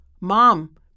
Mom